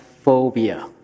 phobia